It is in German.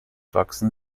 wachsen